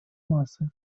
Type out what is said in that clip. массы